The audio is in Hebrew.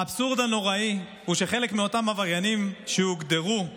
האבסורד הנוראי הוא שחלק מאותם שהוגדרו עבריינים,